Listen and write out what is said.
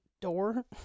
door